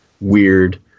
weird